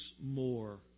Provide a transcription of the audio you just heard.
more